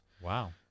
Wow